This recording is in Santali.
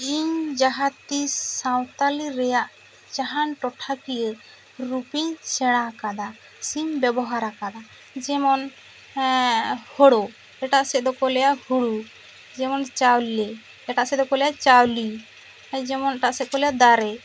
ᱤᱧ ᱡᱟᱦᱟᱸᱛᱤᱥ ᱥᱟᱱᱛᱟᱲᱤ ᱨᱮᱭᱟᱜ ᱡᱟᱦᱟᱱ ᱴᱚᱴᱷᱟᱠᱤᱭᱟᱹ ᱨᱩᱯᱤᱧ ᱥᱮᱬᱟ ᱟᱠᱟᱫᱟ ᱥᱤᱧ ᱵᱮᱵᱷᱟᱨ ᱟᱠᱟᱫᱟ ᱡᱮᱢᱚᱱ ᱦᱳᱲᱳ ᱮᱴᱟᱜ ᱥᱮᱫ ᱫᱚ ᱠᱚ ᱞᱟᱹᱭᱟ ᱦᱩᱲᱩ ᱡᱮᱢᱚᱱ ᱪᱟᱣᱞᱮ ᱮᱴᱟᱜ ᱥᱮᱫ ᱫᱚ ᱠᱚ ᱞᱟᱹᱭᱟ ᱪᱟᱹᱣᱞᱤ ᱡᱮᱢᱚᱱ ᱮᱴᱟᱜ ᱥᱮᱫ ᱠᱚ ᱞᱟᱹᱭᱟ ᱫᱟᱨᱮ